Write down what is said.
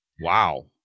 Wow